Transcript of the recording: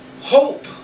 hope